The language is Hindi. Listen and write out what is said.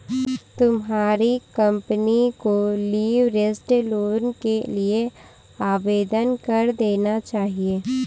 तुम्हारी कंपनी को लीवरेज्ड लोन के लिए आवेदन कर देना चाहिए